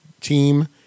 team